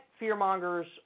fearmongers